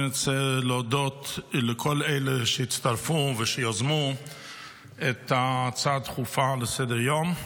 אני רוצה להודות לכל אלה שהצטרפו ושיזמו את ההצעה הדחופה לסדר-היום,